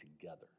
together